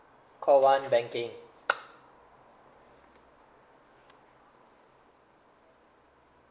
call one banking